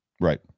right